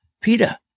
Peter